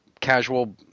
casual